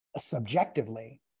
subjectively